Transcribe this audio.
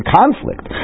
conflict